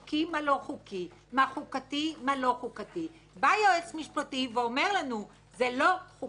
מה לא חוקתי - בא יועץ משפטי ואומר לנו: זה לא חוקתי,